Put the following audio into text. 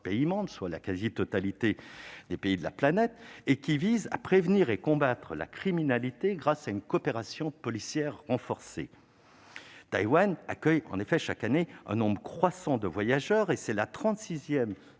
pays membres, soit la quasi-totalité des États de la planète, et qui vise à prévenir et à combattre la criminalité grâce à une coopération policière renforcée. Taïwan accueille chaque année un nombre croissant de voyageurs : le pays